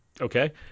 Okay